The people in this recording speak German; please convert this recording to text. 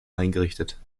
eingerichtet